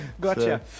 Gotcha